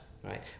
right